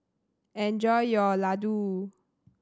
enjoy your laddu